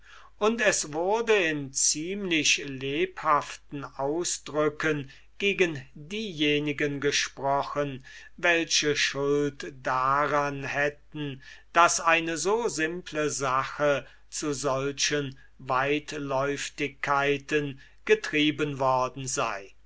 und es wurde in ziemlich lebhaften ausdrücken gegen diejenigen gesprochen welche schuld daran hätten daß eine so simple sache zu solchen weitläuftigkeiten getrieben worden sei